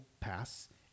pass